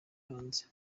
hanze